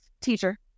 Teacher